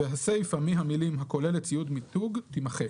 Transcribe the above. והסיפה מהמילים "הכוללת ציוד מיתוג"- תימחק."